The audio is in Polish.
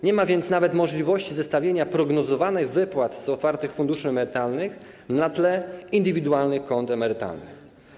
Nie ma więc nawet możliwości zestawienia prognozowanych wypłat z otwartych funduszy emerytalnych na tle indywidualnych kont emerytalnych.